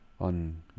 on